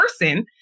person